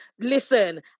listen